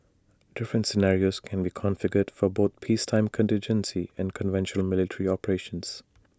different scenarios can be configured for both peacetime contingency and conventional military operations